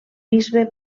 bisbe